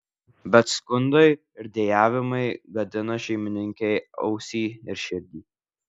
bet skundai ir dejavimai gadina šeimininkei ausį ir širdį